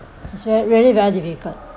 cause real~ really very difficult